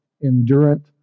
enduring